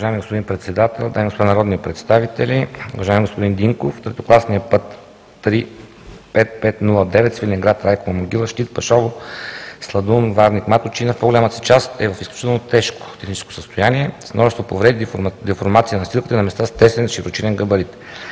Уважаеми господин Председател, дами и господа народни представители, уважаеми господин Динков! Третокласният път III-5509 Свиленград – Райкова могила – Щит – Пашово – Сладун – Варник – Маточина в по-голяма си част е в изключително тежко техническо състояние, с множество повреди, деформация на настилката, на места с тесен широчинен габарит.